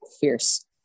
fierce